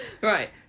right